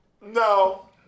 no